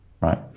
right